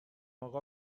اقا